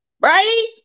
right